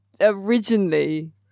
Originally